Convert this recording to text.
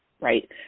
right